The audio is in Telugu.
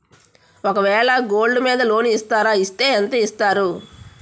ఒక వేల గోల్డ్ మీద లోన్ ఇస్తారా? ఇస్తే ఎంత ఇస్తారు?